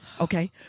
okay